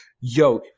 Yo